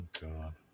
god